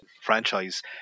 franchise